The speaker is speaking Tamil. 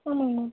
ஆமாங்க மேம்